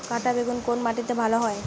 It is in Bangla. কাঁটা বেগুন কোন মাটিতে ভালো হয়?